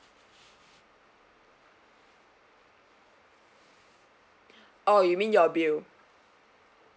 oh you mean your bill